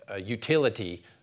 utility